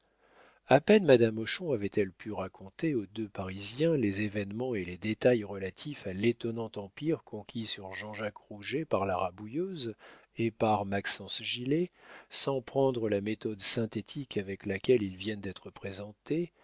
a peine madame hochon avait-elle pu raconter aux deux parisiens les événements et les détails relatifs à l'étonnant empire conquis sur jean-jacques rouget par la rabouilleuse et par maxence gilet sans prendre la méthode synthétique avec laquelle ils viennent d'être présentés